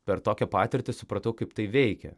per tokią patirtį supratau kaip tai veikia